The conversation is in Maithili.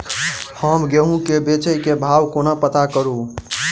हम गेंहूँ केँ बेचै केँ भाव कोना पत्ता करू?